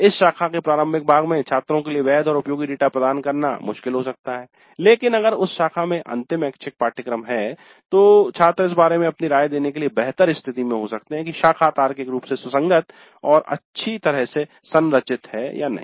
इस शाखा के प्रारंभिक भाग में छात्रों के लिए वैध और उपयोगी डेटा प्रदान करना मुश्किल हो सकता है लेकिन अगर यह उस शाखा में अंतिम ऐच्छिक पाठ्यक्रम है तो छात्र इस बारे में अपनी राय देने के लिए बेहतर स्थिति में हो सकते हैं कि शाखा तार्किक रूप से सुसंगत और अच्छी तरह से संरचित है या नहीं